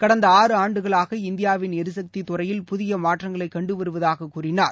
கடந்த ஆறு ஆண்டுகளாக இந்தியாவின் எரிசக்தித் துறையில் புதியமாற்றங்களைக் கண்டுவருவதாககூறினார்